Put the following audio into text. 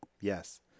Yes